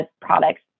products